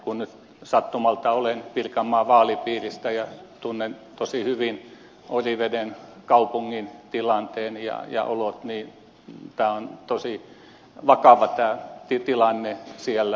kun nyt sattumalta olen pirkanmaan vaalipiiristä ja tunnen tosi hyvin oriveden kaupungin tilanteen ja olot niin tämä tilanne on tosi vakava siellä